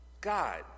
God